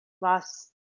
last